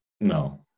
no